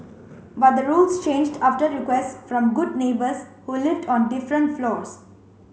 but the rules changed after requests from good neighbours who lived on different floors